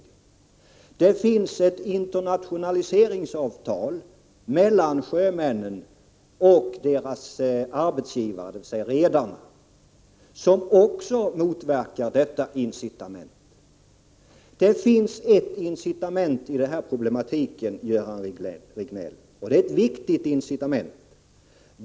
Vidare finns det ett internationaliseringsavtal mellan sjömännen och deras arbetsgivare, dvs. redarna, vilket också motverkar detta incitament. Men det finns ett verkligt incitament i det här sammanhanget, Göran Riegnell, och det är ett viktigt sådant.